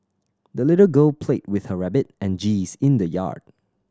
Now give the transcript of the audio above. the little girl played with her rabbit and geese in the yard